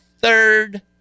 third